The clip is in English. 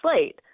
slate